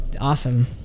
Awesome